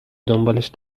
دنبالش